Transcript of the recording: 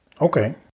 Okay